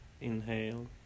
inhale